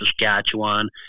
Saskatchewan